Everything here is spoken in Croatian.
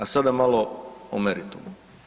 A sada malo o meritumu.